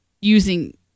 using